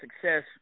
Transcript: success